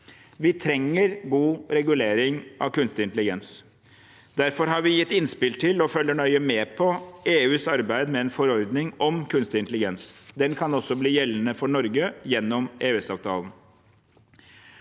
Vi trenger god regulering av kunstig intelligens. Derfor har vi gitt innspill til, og følger nøye med på, EUs arbeid med en forordning om kunstig intelligens. Den kan også bli gjeldende for Norge gjennom EØS-avtalen.